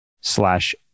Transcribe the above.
slash